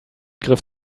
griff